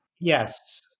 Yes